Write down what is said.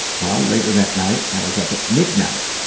well, later that night, i was up at midnight,